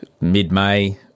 mid-May